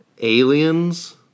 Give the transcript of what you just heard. Aliens